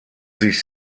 sich